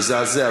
מזעזע.